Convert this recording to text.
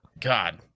god